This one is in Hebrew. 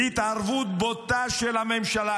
התערבות בוטה של הממשלה,